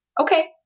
okay